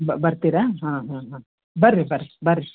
ಬ ಬರ್ತೀರಾ ಹಾಂ ಹಾಂ ಹಾಂ ಬರ್ರಿ ಬರ್ರಿ ಬರ್ರಿ